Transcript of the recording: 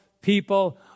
people